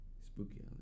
spooky